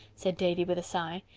said davy with a sigh.